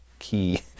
key